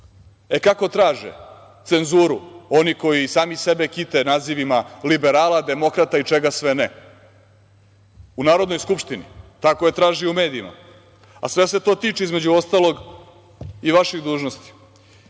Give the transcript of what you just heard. traže cenzuru oni koji sami sebe kite nazivima liberala, demokrata i čega sve ne. U Narodnoj skupštini tako je tražio u medijima, a sve se to tiče između ostalog i vaših dužnosti.